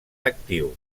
actiu